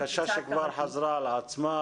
כן, זאת בקשה שחזרה על עצמה.